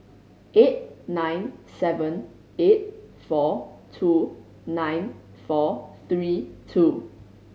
eight nine seven eight four two nine four three two